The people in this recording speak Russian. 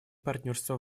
партнерства